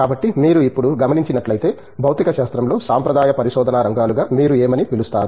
కాబట్టి మీరు ఇప్పుడు గమనించినట్లయితే భౌతిక శాస్త్రంలో సాంప్రదాయ పరిశోధన రంగాలుగా మీరు ఏమని పిలుస్తారు